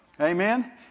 Amen